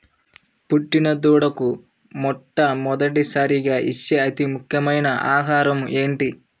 పుట్టిన దూడకు మొట్టమొదటిసారిగా ఇచ్చే అతి ముఖ్యమైన ఆహారము ఏంటి?